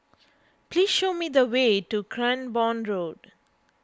please show me the way to Cranborne Road